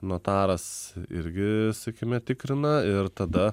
notaras irgi sakykime tikrina ir tada